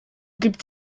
gibt